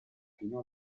fino